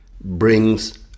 brings